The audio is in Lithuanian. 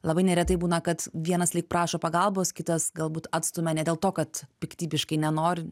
labai neretai būna kad vienas lyg prašo pagalbos kitas galbūt atstumia ne dėl to kad piktybiškai nenori